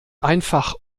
einfach